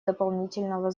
дополнительного